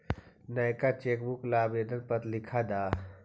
नएका चेकबुक ला आवेदन पत्र लिखा द